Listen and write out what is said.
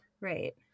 Right